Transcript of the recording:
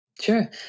sure